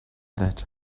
that